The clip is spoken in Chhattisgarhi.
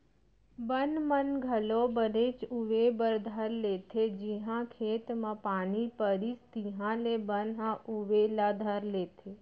बन मन घलौ बनेच उवे बर धर लेथें जिहॉं खेत म पानी परिस तिहॉले बन ह उवे ला धर लेथे